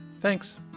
Thanks